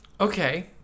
Okay